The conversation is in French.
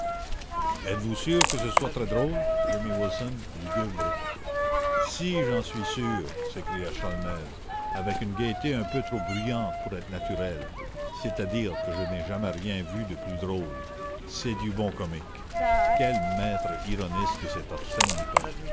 êtes-vous sûr que ce soit très drôle gémit wilson lugubre si j'en suis sûr s'écria holmés avec une gaîté un peu trop bruyante pour être naturelle c'est-à-dire que je n'ai jamais rien vu de plus drôle c'est du bon comique quel maître ironiste que cet arsène lupin